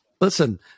Listen